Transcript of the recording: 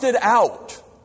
out